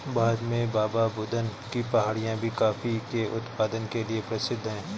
भारत में बाबाबुदन की पहाड़ियां भी कॉफी के उत्पादन के लिए प्रसिद्ध है